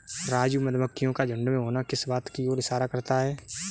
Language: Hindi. राजू मधुमक्खियों का झुंड में होना किस बात की ओर इशारा करता है?